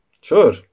Sure